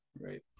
Right